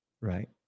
right